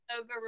over